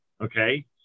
Okay